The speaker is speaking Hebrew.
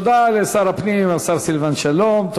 תודה לשר הפנים, השר סילבן שלום.